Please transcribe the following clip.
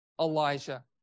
Elijah